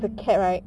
mm